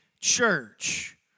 church